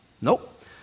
Nope